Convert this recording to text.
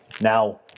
Now